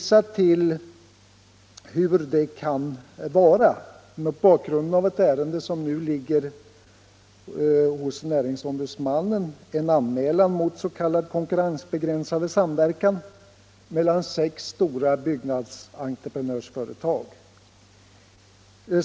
Jag skall göra Fredagen den det mot bakgrund av ett ärende som nu ligger hos näringsfrihetsom 28 februari 1975 budsmannen efter en anmälan mot s.k. konkurrensbegränsande sam= verkan mellan sex stora byggnadsentreprenörsföretag.